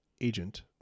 agent